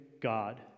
God